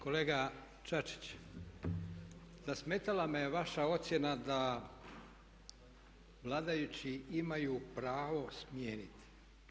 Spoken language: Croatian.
Kolega Čačić zasmetala me vaša ocjena da vladajući imaju pravo smijeniti.